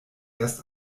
erst